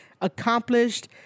accomplished